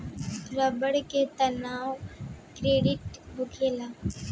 रबड़ के तनाव क्रिस्टलीकृत होखेला